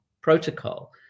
protocol